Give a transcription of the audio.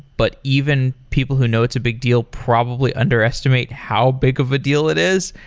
but even people who know it's a big deal probably underestimate how big of a deal it is.